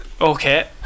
Okay